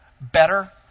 better